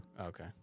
Okay